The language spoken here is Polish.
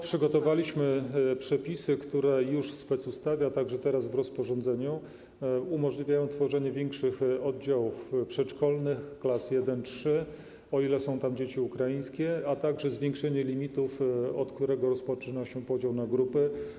Przygotowaliśmy przepisy, które już w specustawie, a także teraz w rozporządzeniu umożliwiają tworzenie większych oddziałów przedszkolnych, klas I-III, o ile są tam dzieci ukraińskie, a także zwiększenie limitu, od którego rozpoczyna się podział na grupy.